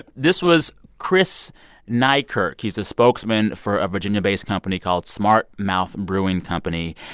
this was chris neikirk. he's the spokesman for a virginia-based company called smartmouth brewing company.